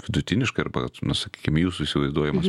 vidutiniškai arba nu sakykim jūsų įsivaizduojamas